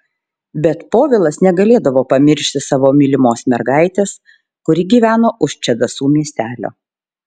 bet povilas negalėdavo pamiršti savo mylimos mergaitės kuri gyveno už čedasų miestelio